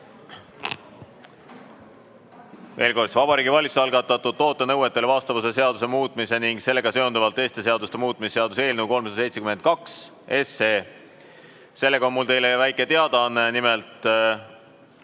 Veel kord: Vabariigi Valitsuse algatatud toote nõuetele vastavuse seaduse muutmise ning sellega seonduvalt teiste seaduste muutmise seaduse eelnõu 372. Selle kohta on mul teile väike teadaanne. Nimelt